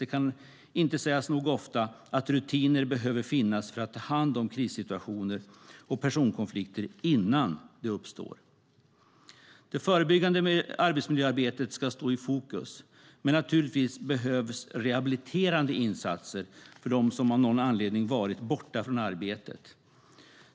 Det kan inte sägas nog ofta att rutiner behöver finnas för att ta hand om krissituationer och personkonflikter innan de uppstår. Det förebyggande arbetsmiljöarbetet ska stå i fokus, men naturligtvis behövs rehabiliterande åtgärder för dem som av någon anledning har varit borta från arbetet.